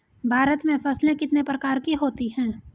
भारत में फसलें कितने प्रकार की होती हैं?